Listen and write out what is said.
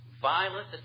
violent